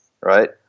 right